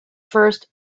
first